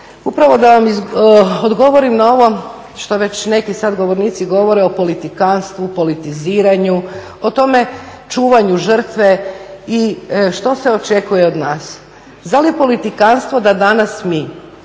upravo da vam odgovorim na ovo što već neki sada govornici govore o politikantstvu, politiziranju, o tome čuvanju žrtve i što se očekuje od nas. Zar je politikantstvo da danas mi,